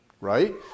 right